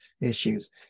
issues